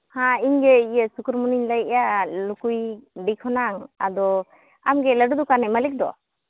ᱦᱮᱸ ᱤᱧ ᱜᱮ ᱤᱭᱟᱹ ᱥᱩᱠᱩᱨᱢᱩᱱᱤᱧ ᱞᱟᱹᱭᱮᱜᱼᱟ ᱟᱨ ᱞᱩᱠᱩᱭᱰᱤ ᱠᱸᱚᱱᱟᱜ ᱟᱫᱚ ᱟᱢᱜᱮ ᱞᱟᱹᱰᱩ ᱫᱚᱠᱟᱱ ᱨᱤᱱᱤᱡ ᱢᱟᱹᱞᱤᱠ ᱫᱚ